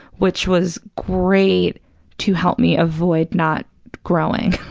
which was great to help me avoid not growing.